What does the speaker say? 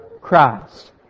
Christ